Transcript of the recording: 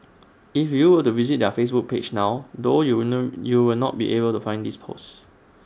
if you were to visit their Facebook page now though you no you will not be able to find this post